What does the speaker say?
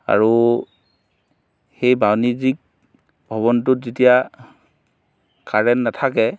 আৰু সেই বাণিজ্যিক ভৱনটোত যেতিয়া কাৰেণ্ট নেথাকে